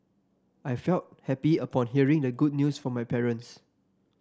I felt happy upon hearing the good news from my parents